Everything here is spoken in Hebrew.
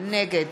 נגד